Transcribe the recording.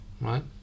right